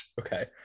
okay